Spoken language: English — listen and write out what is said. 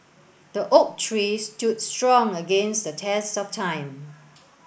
the oak tree stood strong against the test of time